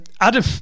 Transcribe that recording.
Adam